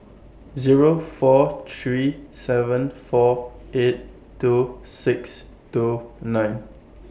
Zero four three seven four eight two six two nine